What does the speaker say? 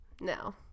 No